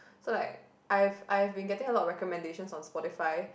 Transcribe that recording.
so like I've I've been getting a lot of recommendations on Spotify